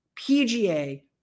PGA